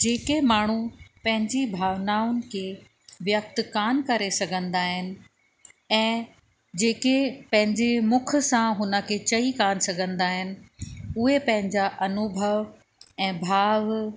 जेके माण्हू पंहिंजी भावनाउनि खे व्यक्त कोन करे सघंदा आहिनि ऐं जेके पंहिंजे मुख सां हुन के चई कोन सघंदा आहिनि उहे पंहिंजा अनुभव ऐं भाव